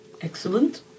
Excellent